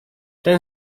ten